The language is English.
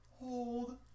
Hold